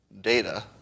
data